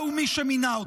-- אתה ומי שמינה אותך.